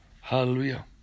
Hallelujah